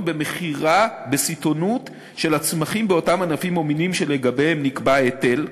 במכירה בסיטונות של הצמחים באותם ענפים או מינים שלגביהם נקבע ההיטל,